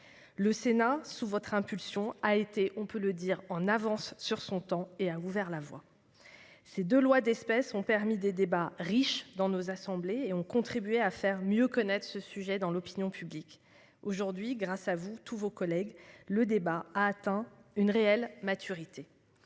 Le Sénat, sous votre impulsion, a été- on peut l'affirmer -en avance sur son temps et a ouvert la voie. Ces deux lois d'espèce ont permis des débats riches dans nos assemblées et ont contribué à faire mieux connaître ce sujet dans l'opinion publique. Grâce à vous tous, le débat est désormais arrivé